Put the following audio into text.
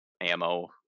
ammo